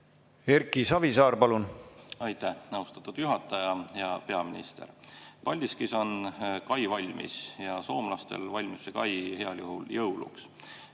Erki Savisaar, palun! Aitäh, austatud juhataja! Hea peaminister! Paldiskis on kai valmis ja soomlastel valmib kai heal juhul jõuluks.